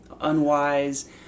unwise